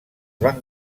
van